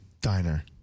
diner